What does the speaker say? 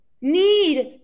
need